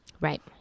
Right